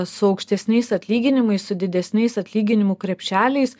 su aukštesniais atlyginimais su didesniais atlyginimų krepšeliais